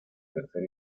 tercer